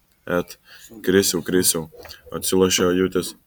et krisiau krisiau atsilošia ajutis